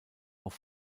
auf